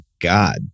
God